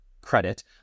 credit